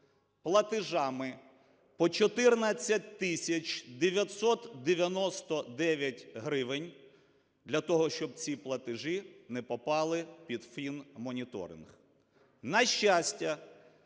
платежами по 14 тисяч 999 гривень, для того щоб ці платежі не попали під фінмоніторинг.